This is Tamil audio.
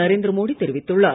நரேந்திர மோடி தெரிவித்துள்ளார்